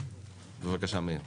בבקשה מאיר.